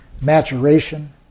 maturation